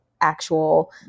actual